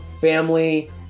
family